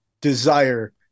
desire